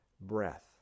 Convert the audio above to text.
breath